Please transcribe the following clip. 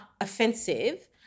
offensive